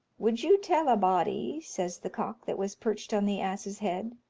would you tell a body, says the cock that was perched on the ass's head,